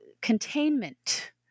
containment